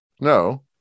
no